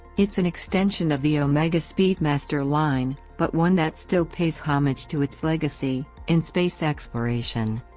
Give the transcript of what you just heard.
it's an extension of the omega speedmaster line, but one that still pays homage to its legacy in space exploration.